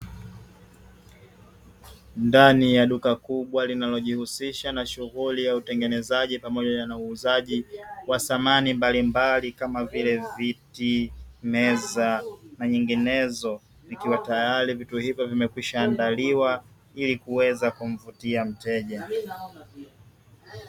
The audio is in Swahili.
Ndani ya duka kubwa linalojihusisha na shughuli ya utengenezaji pamoja na uuzaji wa thamani mbalimbali kama vile viti, meza na nyinginezo vikiwa tayari vitu hivyo vimekwisha andaliwa ili kuweza kumvutia mteja.